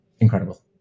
incredible